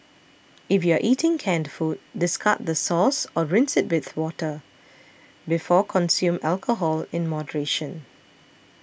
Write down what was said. if you are eating canned food discard the sauce or rinse it with water before Consume alcohol in moderation